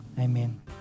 amen